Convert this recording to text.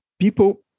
People